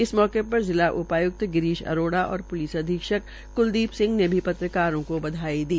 इस मौके पर जिला उपाय्क्त गिरीश अरोड़ा और प्लिस अधीक्षक कुलदीप सिह ने भी पत्रकारों को बधाई दी